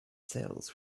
sales